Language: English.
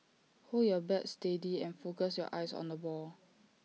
hold your bat steady and focus your eyes on the ball